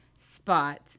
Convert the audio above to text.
spot